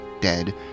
dead